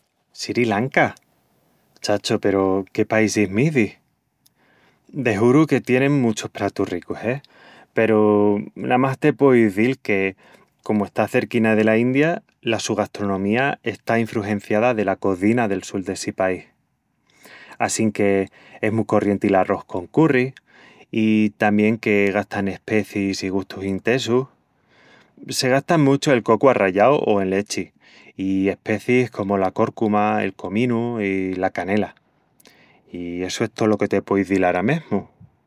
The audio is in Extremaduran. Sri Lanka? Chacho, pero qué paísis m'izis... de juru que tienin muchus pratus ricus, e, peru namás te pueu izil que comu está cerquina dela India, la su gastronomía está infrugenciada dela cozina del sul d'essi país... assinque es mu corrienti l'arrós con curri i tamién que gastan especiis i gustus intesus. Se gastan muchu el cocu arrallau o en lechi, i especiis comu la córcuma, el cominu i la canela. I essu es tolo que te pueu izil ara mesmu...